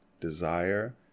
desire